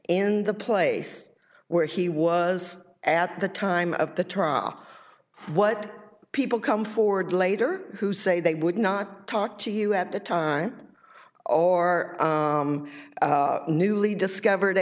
in the place where he was at the time of the tara what people come forward later who say they would not talk to you at the time or are newly discovered